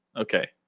okay